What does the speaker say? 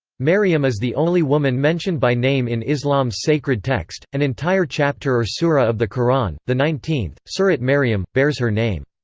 maryam is the only woman mentioned by name in islam's sacred text an entire chapter or sura of the qur'an the nineteenth, surat maryam bears her name.